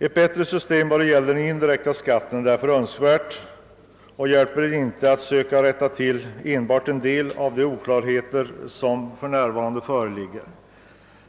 Ett bättre system för den indirekta skatten är därför önskvärt; det hjälper inte att söka rätta till enbart en del av de oklarheter som för närvarande föreligger.